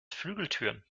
flügeltüren